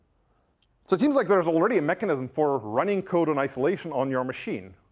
so it seems like there is already a mechanism for writing code in isolation on your machine.